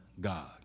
God